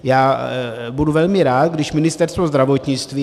Já budu velmi rád, když Ministerstvo zdravotnictví...